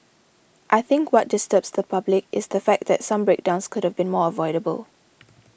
I think what disturbs the public is the fact that some breakdowns could have been avoidable